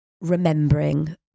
remembering